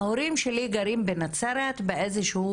ההורים שלי גרים בנצרת באיזשהו,